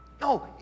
No